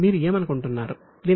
మీరు ఏమనుకుంటున్నారు